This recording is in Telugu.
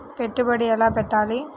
పెట్టుబడి ఎలా పెట్టాలి?